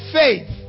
faith